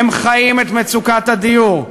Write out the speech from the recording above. הם חיים את מצוקת הדיור,